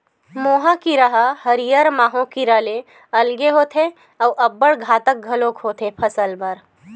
मोहा कीरा ह हरियर माहो कीरा ले अलगे होथे अउ अब्बड़ घातक घलोक होथे फसल बर